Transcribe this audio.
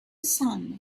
sun